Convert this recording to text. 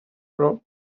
про